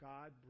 God